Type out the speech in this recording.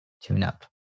tune-up